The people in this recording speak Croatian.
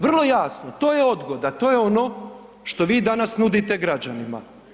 Vrlo jasno, to je odgoda, to je ono što vi danas nudite građanima.